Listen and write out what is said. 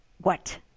What